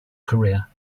career